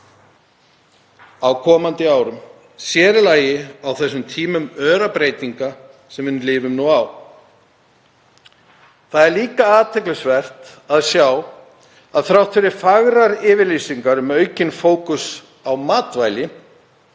á komandi árum, sér í lagi á tímum örra breytinga sem við lifum nú á. Það er líka athyglisvert að sjá að þrátt fyrir fagrar yfirlýsingar, um aukinn fókus á matvæli